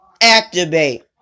Activate